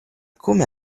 come